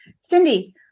Cindy